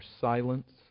silence